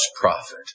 prophet